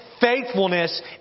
faithfulness